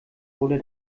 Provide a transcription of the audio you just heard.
wurde